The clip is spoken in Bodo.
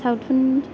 सावथुन